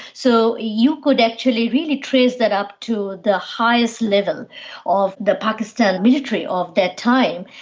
so you could actually really trace that up to the highest level of the pakistan military of that time.